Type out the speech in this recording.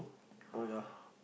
oh ya